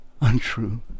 untrue